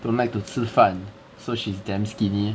don't like to 吃饭 so she's damn skinny